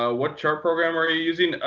ah what chart program are you using?